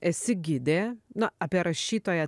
esi gidė nu apie rašytoją